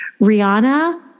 Rihanna